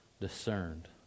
discerned